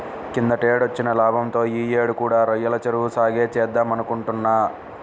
కిందటేడొచ్చిన లాభంతో యీ యేడు కూడా రొయ్యల చెరువు సాగే చేద్దామనుకుంటున్నా